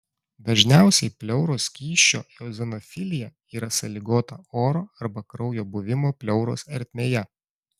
dažniausiai pleuros skysčio eozinofilija yra sąlygota oro arba kraujo buvimo pleuros ertmėje